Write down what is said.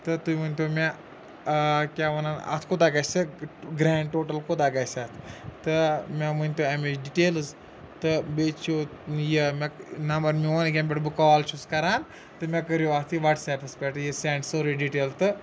تہٕ تُہۍ ؤنۍ تو مےٚ کیٛاہ وَنان اَتھ کوٗتاہ گژھِ گرٛینٛڈ ٹوٹل کوٗتاہ گژھِ اَتھ تہٕ مےٚ ؤنۍ تو اَمِچ ڈِٹیلٕز تہٕ بیٚیہِ چھُ یہِ مےٚ نمبر میون ییٚکیٛاہ ییٚمہِ پٮ۪ٹھ بہٕ کال چھُس کَران تہٕ مےٚ کٔرِو اَتھٕے وَٹسیپَس پٮ۪ٹھ یہِ سٮ۪نٛڈ سٲرٕے ڈِٹیل تہٕ